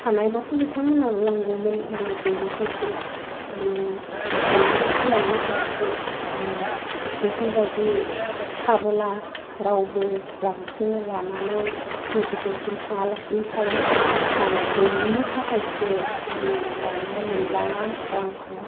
थानायबाथ' बिथांमोनहाबो लांगौमोन माने गैयैखायसो माने गैयैखायसो लांनो हायाखै बेफोरबायदि थाबोला रावबो रांखौ लानानै मेडिकेलसिम थाङालासिनो थाया माने गैयैनि थाखायसो माने लाङा मोनलाङा रांखौ